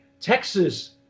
Texas